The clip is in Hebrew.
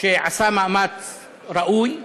שעשה מאמץ ראוי,